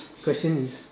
question is